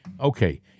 okay